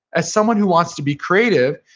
as someone who wants to be creative,